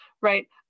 right